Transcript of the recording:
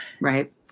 Right